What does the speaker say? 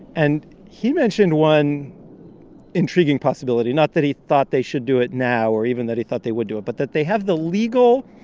and he mentioned one intriguing possibility not that he thought they should do it now, or even that he thought they would do it, but that they have the legal